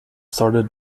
started